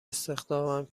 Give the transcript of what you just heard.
استخدامم